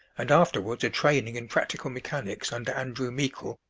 and afterwards a training in practical mechanics under andrew meikle,